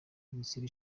minisiteri